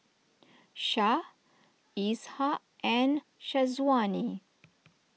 Syah Ishak and Syazwani